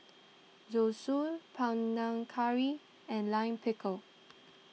Zosui Panang Curry and Lime Pickle